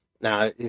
Now